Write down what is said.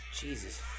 Jesus